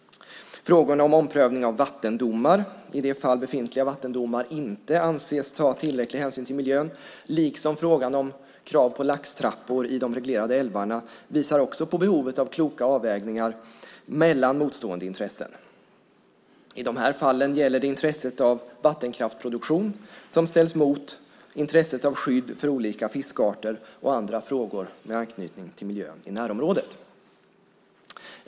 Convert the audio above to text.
Frågorna om omprövning av vattendomar i de fall befintliga vattendomar inte anses ta tillräcklig hänsyn till miljön liksom frågan om krav på laxtrappor i de reglerade älvarna visar också på behovet av kloka avvägningar mellan motstående intressen. I de här fallen gäller det intresset av vattenkraftsproduktion som ställs mot intresset av skydd för olika fiskarter och andra frågor med anknytning till miljön i närområdet.